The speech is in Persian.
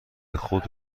خود